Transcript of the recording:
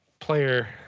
player